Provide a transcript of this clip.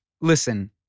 Listen